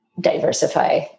diversify